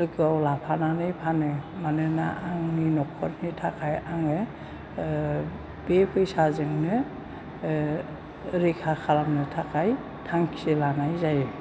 लोगोआव लाफानानै फानो मानोना आंनि न'खरनि थाखाय आङो ओ बे फैसाजोंनो ओ रैखा खालामनो थाखाय थांखि लानाय जायो